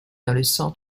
dans